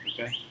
Okay